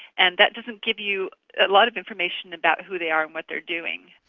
and that doesn't give you a lot of information about who they are what they are doing.